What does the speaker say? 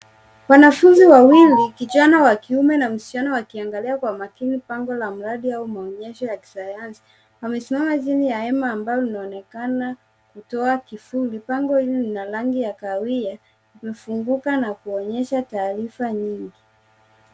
Wanafunzi wawili kijana wa kiume na msichana wakiangalia kwa makini pango la mradi au maonyesho ya kisayansi wamesimama chini ya hema ambayo inaonekana kutoa kivuli. Pango hili lina rangi ya kahawia, limefunguka na kuonyesha taarifa nyingi.